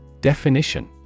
Definition